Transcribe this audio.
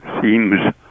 seems